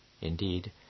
Indeed